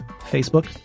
Facebook